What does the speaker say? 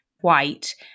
white